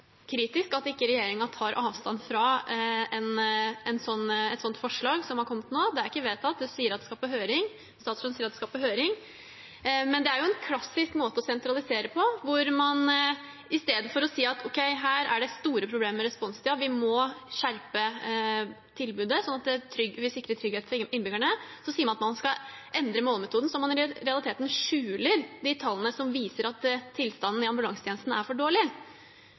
ikke vedtatt. Statsråden sier det skal på høring. Men det er en klassisk måte å sentralisere på, hvor man – i stedet for å si at her er det store problemer med responstiden, at vi må skjerpe tilbudet hvis det ikke er trygghet for innbyggerne – sier at man skal endre målemetoden, så man i realiteten skjuler de tallene som viser at tilstanden i ambulansetjenesten er for dårlig.